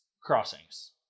crossings